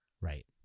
Right